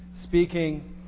speaking